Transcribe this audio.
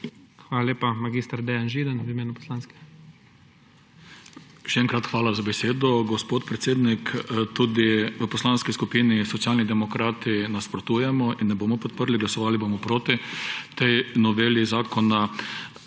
Hvala lepa. Mag. Dejan Židan v imenu poslanske. MAG. DEJAN ŽIDAN (PS SD): Še enkrat hvala za besedo, gospod predsednik. Tudi v Poslanski skupini Socialni demokrati nasprotujemo in ne bomo podprli, glasovali bomo proti tej noveli zakona.